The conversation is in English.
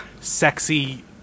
sexy